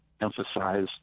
emphasize